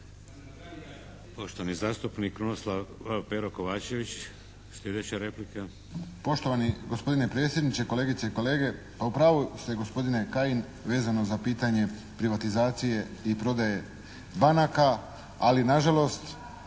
Poštovani zastupnik Krunoslav, Pero Kovačević, sljedeća replika.